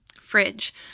fridge